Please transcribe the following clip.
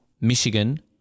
Michigan